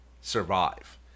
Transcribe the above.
survive